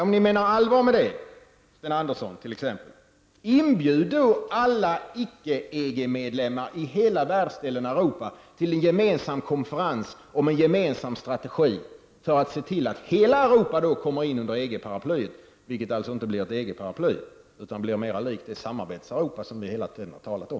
Om ni menar allvar, Sten Andersson t.ex., inbjud då alla i hela världsdelen Europa som inte är medlemmar i EG till en konferens om en gemensam strategi för att se till att hela Europa kommer in under EG-paraplyet. Då blir det egentligen inte ett EG. Det blir mer likt ett Samarbetseuropa som vi hela tiden har talat om.